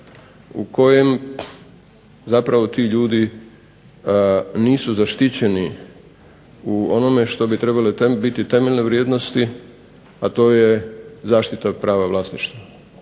u kojem zapravo ti ljudi nisu zaštićeni u onome što bi trebale biti temeljne vrijednosti a to je zaštita prava vlasništva,